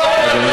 מאיר, תישאר.